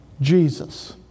Jesus